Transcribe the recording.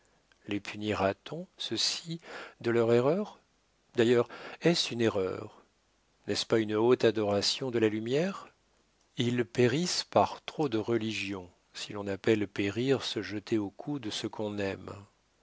les punira t on ceux-ci de leur erreur d'ailleurs est-ce une erreur n'est-ce pas une haute adoration de la lumière ils périssent par trop de religion si l'on appelle périr se jeter au cou de ce qu'on aime